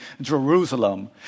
Jerusalem